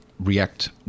React